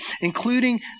Including